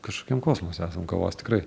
kažkokiam kosmose esam kavos tikrai